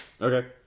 Okay